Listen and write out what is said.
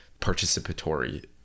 participatory